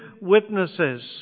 witnesses